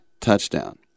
touchdown